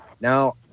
Now